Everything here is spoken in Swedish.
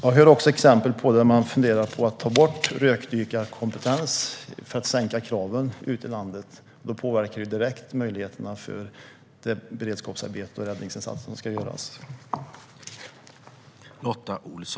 Jag hör även exempel där man funderar på att ta bort rökdykarkompetens för att sänka kraven ute i landet. Detta påverkar direkt möjligheterna för det beredskapsarbete och de räddningsinsatser som ska göras.